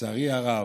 לצערי הרב,